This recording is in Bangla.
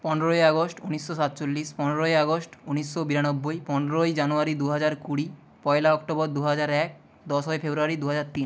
পনেরোই আগস্ট উনিশশো সাতচল্লিশ পনেরোই আগস্ট উনিশশো বিরানব্বই পনেরোই জানুয়ারি দুহাজার কুড়ি পয়লা অক্টোবর দুহাজার এক দশই ফেব্রুয়ারি দুহাজার তিন